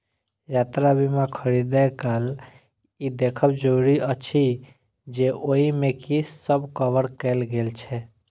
यात्रा बीमा खरीदै काल ई देखब जरूरी अछि जे ओइ मे की सब कवर कैल गेल छै